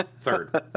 third